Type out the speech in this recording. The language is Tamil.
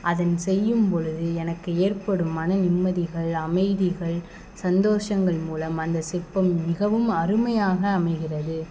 அதனை செய்யும் பொழுது எனக்கு ஏற்படும் மன நிம்மதிகள் அமைதிகள் சந்தோஷங்கள் மூலம் அந்த சிற்பம் மிகவும் அருமையாக அமைகிறது